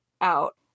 out